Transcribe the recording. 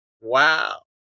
Wow